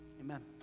amen